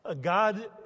God